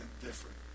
different